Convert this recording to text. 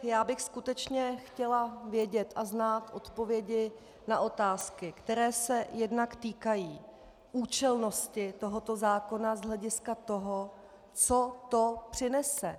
Já bych skutečně chtěla vědět a znát odpovědi na otázky, které se jednak týkají účelnosti tohoto zákona z hlediska toho, co to přinese.